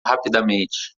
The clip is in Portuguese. rapidamente